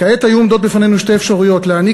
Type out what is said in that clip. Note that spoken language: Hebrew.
כעת היו עומדות בפנינו שתי אפשרויות: להעניק